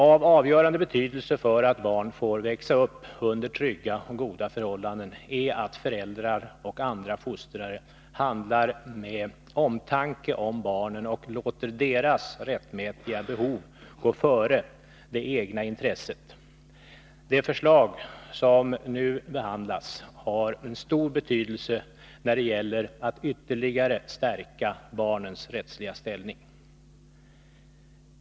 Av avgörande betydelse för att barn får växa upp under trygga och goda förhållanden är att föräldrar och andra fostrare handlar med omtanke om barnen och låter deras rättmätiga behov gå före det egna intresset. Det förslag som nu behandlas har en stor betydelse när det gäller att ytterligare stärka barnens rättsliga ställning.